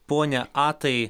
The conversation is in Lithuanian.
pone atai